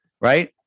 right